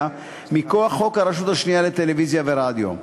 מכוח חוק הרשות השנייה לטלוויזיה ורדיו.